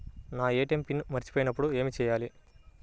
నా ATM PIN మర్చిపోయినప్పుడు ఏమి చేయాలి?